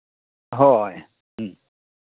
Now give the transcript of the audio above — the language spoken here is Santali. ᱦᱳᱭ ᱦᱮᱸ